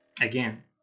again